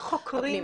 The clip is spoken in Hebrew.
אין חוקרים.